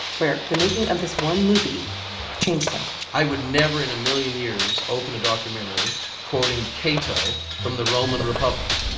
where the making of this one movie changed him i would never in a million years open a documentary quoting cato from the roman republic.